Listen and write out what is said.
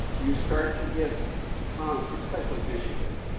you start to get ponds, especially michigan,